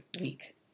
week